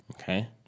Okay